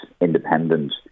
independent